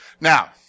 Now